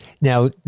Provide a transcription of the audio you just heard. Now